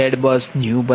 ZBUSNEW0